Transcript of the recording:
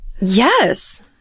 Yes